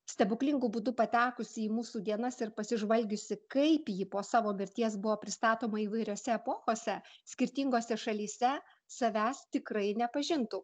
stebuklingu būdu patekusi į mūsų dienas ir pasižvalgiusi kaip ji po savo mirties buvo pristatoma įvairiose epochose skirtingose šalyse savęs tikrai nepažintų